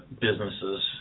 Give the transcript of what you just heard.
Businesses